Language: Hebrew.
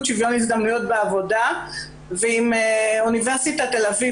לשוויון הזדמנויות בעבודה ועם אוניברסיטת תל אביב,